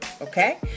Okay